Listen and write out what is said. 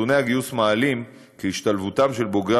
נתוני הגיוס מעלים כי השתלבות בוגרי